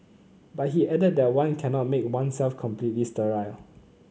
but he added that one cannot make oneself completely sterile